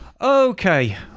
Okay